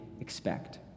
expect